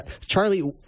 Charlie